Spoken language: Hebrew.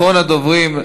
אחרון הדוברים,